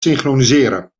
synchroniseren